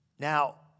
Now